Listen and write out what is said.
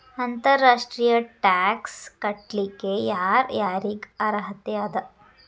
ಅಂತರ್ ರಾಷ್ಟ್ರೇಯ ಟ್ಯಾಕ್ಸ್ ಕಟ್ಲಿಕ್ಕೆ ಯರ್ ಯಾರಿಗ್ ಅರ್ಹತೆ ಅದ?